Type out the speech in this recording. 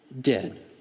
dead